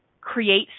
create